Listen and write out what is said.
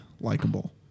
likable